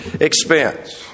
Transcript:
expense